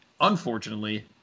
Unfortunately